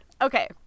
Okay